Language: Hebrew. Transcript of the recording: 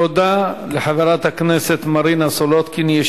תודה לחברת הכנסת מרינה סולודקין.